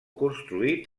construït